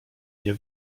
nie